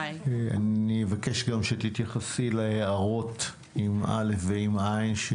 אני אבקש שתתייחסי גם לכל ההארות הארות ולא הערות.